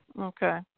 okay